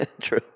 True